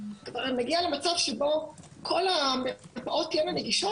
כבר נגיע למצב שבו כל המרפאות תהיינה נגישות